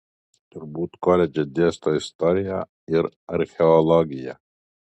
turbūt koledže dėsto istoriją ir archeologiją